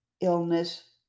illness